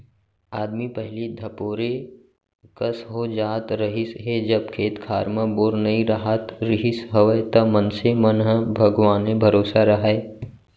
आदमी पहिली धपोरे कस हो जात रहिस हे जब खेत खार म बोर नइ राहत रिहिस हवय त मनसे मन ह भगवाने भरोसा राहय